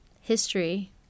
history